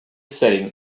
setting